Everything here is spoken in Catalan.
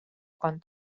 quan